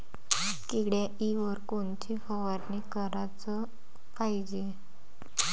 किड्याइवर कोनची फवारनी कराच पायजे?